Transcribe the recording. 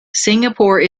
singapore